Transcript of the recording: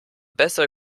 bessere